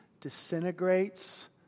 disintegrates